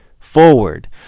forward